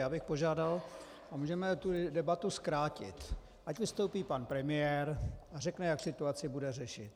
Já bych požádal, a můžeme tu debatu zkrátit, ať vystoupí pan premiér a řekne, jak situaci bude řešit.